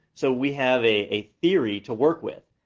so we have a a theory to work with.